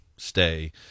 stay